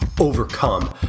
overcome